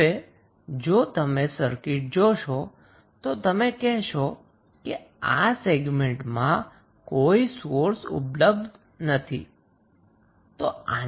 હવે જો તમે સર્કિટ જોશો તો તમે કહેશો કે આ સેગમેન્ટમાં કોઈ સોર્સ ઉપલબ્ધ નથી